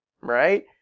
Right